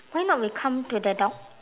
why not we come to the dog